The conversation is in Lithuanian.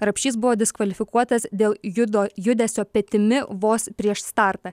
rapšys buvo diskvalifikuotas dėl judo judesio petimi vos prieš startą